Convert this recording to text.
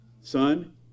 son